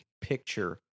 picture